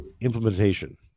implementation